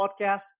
podcast